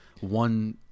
one